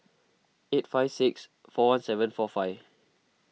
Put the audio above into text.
eight five six four one seven four five